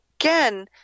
again